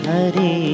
Hari